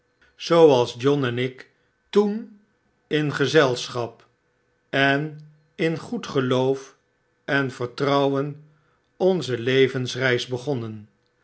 john en ik toen in gezelschap en in goed geloof en vertrouwen onze levensreis begonnen